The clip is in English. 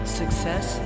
success